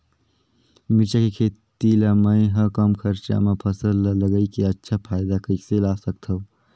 मिरचा के खेती ला मै ह कम खरचा मा फसल ला लगई के अच्छा फायदा कइसे ला सकथव?